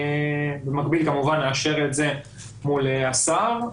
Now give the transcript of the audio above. במקביל כמובן נאשר את זה מול השר,